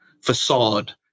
facade